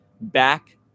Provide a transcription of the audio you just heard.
back